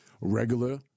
regular